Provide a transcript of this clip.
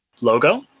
logo